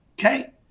okay